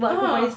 ah